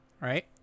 Right